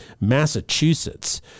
Massachusetts